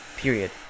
period